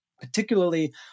particularly